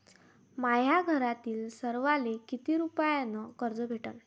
माह्या घरातील सर्वाले किती रुप्यान कर्ज भेटन?